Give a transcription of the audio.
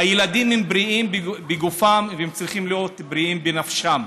הילדים הם בריאים בגופם והם צריכים להיות בריאים בנפשם,